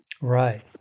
Right